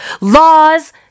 Laws